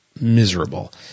miserable